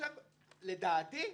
ולדעתי,